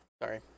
Sorry